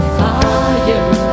fire